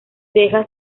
deja